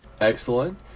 Excellent